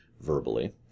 verbally